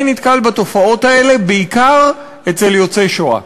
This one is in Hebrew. אני נתקל בתופעות האלה בעיקר אצל יוצאי שואה.